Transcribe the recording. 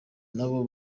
nabo